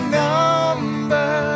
number